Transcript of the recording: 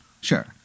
Sure